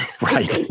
Right